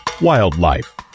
Wildlife